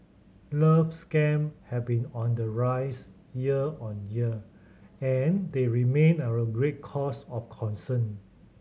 love scam have been on the rise year on year and they remain a great cause of concern